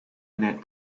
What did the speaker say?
unit